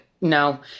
no